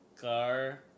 car